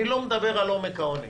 אני לא מדבר על עומק העוני.